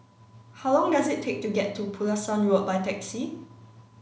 how long does it take to get to Pulasan Road by taxi